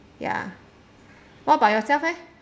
ya what about yourself eh